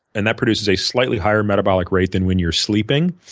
and that produces a slightly higher metabolic rate than when you're sleeping,